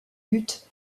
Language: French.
but